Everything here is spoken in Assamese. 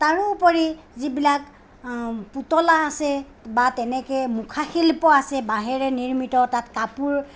তাৰোপৰি যিবিলাক পুতলা আছে বা তেনেকে মুখা শিল্প আছে বাঁহেৰে নিৰ্মিত তাত কাপোৰ